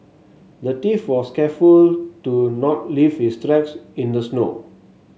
the thief was careful to not leave his tracks in the snow